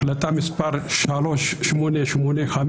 החלטה מס' 3885,